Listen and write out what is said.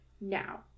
Now